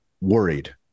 worried